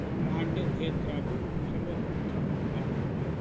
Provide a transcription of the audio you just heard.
ब्रह्माण्डे उभयत्रापि सर्वत्र व्याप्तं